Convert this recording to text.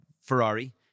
Ferrari